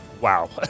Wow